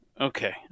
Okay